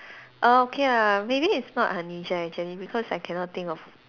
uh okay ah maybe it's not unusual actually because I cannot think of